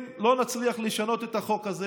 אם לא נצליח לשנות את החוק הזה,